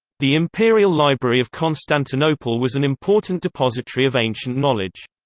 the imperial library of constantinople was an important depository of ancient knowledge.